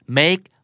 make